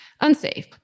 unsafe